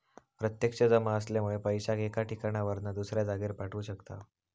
प्रत्यक्ष जमा असल्यामुळे पैशाक एका ठिकाणावरना दुसऱ्या जागेर पाठवू शकताव